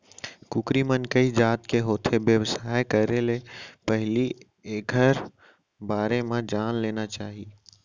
कुकरी मन कइ जात के होथे, बेवसाय करे ले पहिली एकर बारे म जान लेना चाही